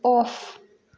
off